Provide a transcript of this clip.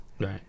Right